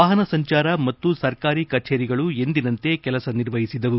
ವಾಪನ ಸಂಜಾರ ಮತ್ತು ಸರ್ಕಾರಿ ಕಜೇರಿಗಳು ಎಂದಿನಂತೆ ಕೆಲಸ ನಿರ್ವಹಿಸಿದವು